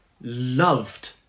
loved